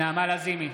נעמה לזימי,